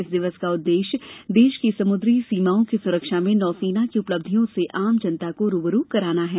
इस दिवस का उद्देश्य देश की समुद्री सीमाओं की सुरक्षा में नौसेना की उपलब्धियों से आम जनता को रूबरू कराना है